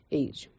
age